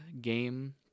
game